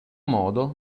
modo